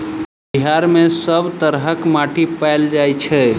बिहार मे कऽ सब तरहक माटि पैल जाय छै?